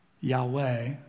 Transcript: Yahweh